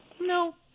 No